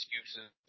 excuses